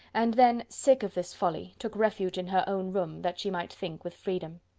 and then, sick of this folly, took refuge in her own room, that she might think with freedom.